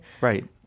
Right